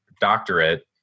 doctorate